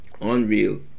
Unreal